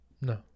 No